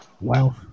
Wow